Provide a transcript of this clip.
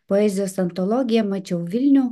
poezijos antologija mačiau vilnių